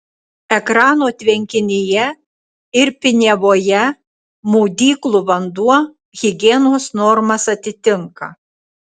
ekrano tvenkinyje ir piniavoje maudyklų vanduo higienos normas atitinka